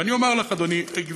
ואני אומר לך, גברתי,